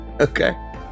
Okay